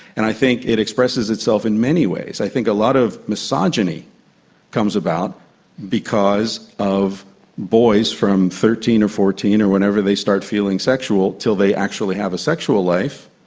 and i think it expresses itself in many ways. i think a lot of misogyny comes about because of boys from thirteen or fourteen or whenever they start feeling sexual until they actually have a sexual life,